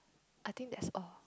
I think that's all